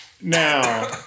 Now